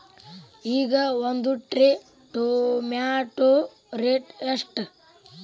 ಈಗ ಒಂದ್ tray tomato rate ಎಷ್ಟ?